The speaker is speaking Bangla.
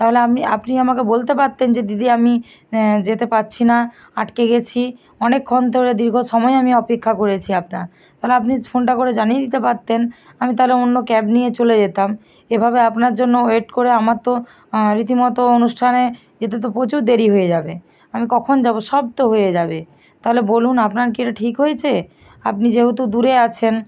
তাহলে আমি আপনি আমাকে বলতে পারতেন যে দিদি আমি যেতে পারছি না আটকে গেছি অনেকক্ষণ ধরে দীর্ঘ সময় আমি অপেক্ষা করেছি আপনার তালে আপনি ফোনটা করে জানিয়ে দিতে পারতেন আমি তালে অন্য ক্যাব নিয়ে চলে যেতাম এভাবে আপনার জন্য ওয়েট করে আমার তো রীতিমতো অনুষ্ঠানে যেতে তো প্রচুর দেরি হয়ে যাবে আমি কখন যাবো সব তো হয়ে যাবে তালে বলুন আপনার কি এটা ঠিক হয়েছে আপনি যেহতু দূরে আছেন